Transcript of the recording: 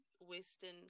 western